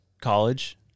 college